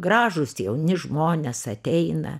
gražūs jauni žmonės ateina